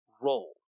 role